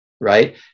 right